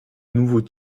nouveau